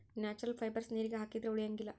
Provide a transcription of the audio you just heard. natural fibres ನೀರಿಗೆ ಹಾಕಿದ್ರೆ ಉಳಿಯಂಗಿಲ್ಲ